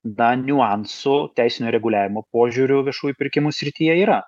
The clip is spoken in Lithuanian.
da niuansų teisinio reguliavimo požiūriu viešųjų pirkimų srityje yra